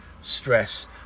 stress